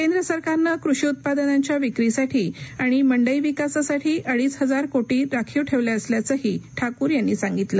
केंद्र सरकारनं कृषी उत्पादनांच्या विक्रीसाठी आणि मंडई विकासासाठी अडीच हजार कोटी राखीव ठेवले असल्याचंही ठाकूर यांनी सांगितलं